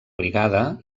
brigada